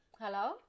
Hello